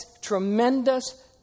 tremendous